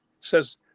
says